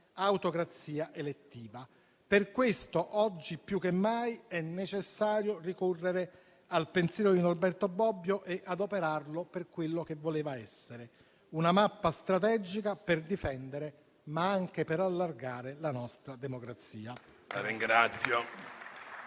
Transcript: autocrazia elettiva. Per questo oggi più che mai è necessario ricorrere al pensiero di Norberto Bobbio e adoperarlo per quello che voleva essere: una mappa strategica per difendere, ma anche per allargare, la nostra democrazia.